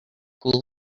who